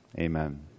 amen